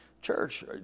Church